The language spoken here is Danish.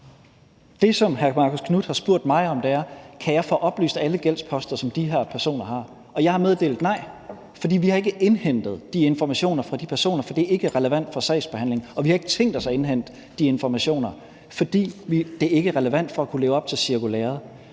Det, som hr. Marcus Knuth har spurgt mig om, er, om han kan få oplyst alle gældsposter, som de her personer har. Og jeg har givet ham et nej, for vi har ikke indhentet de informationer fra de personer, for det er ikke relevant for sagsbehandlingen, og vi har ikke tænkt os at indhente de informationer, fordi det ikke er relevant for at kunne leve op til cirkulæret.